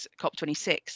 COP26